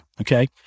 okay